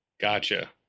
Gotcha